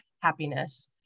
happiness